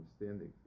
understanding